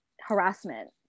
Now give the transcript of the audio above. harassment